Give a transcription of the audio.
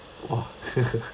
!wah!